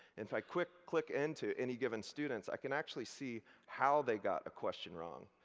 if i click click into any given students, i can actually see how they got a question wrong.